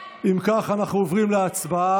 אם כך, אנחנו עוברים להצבעה.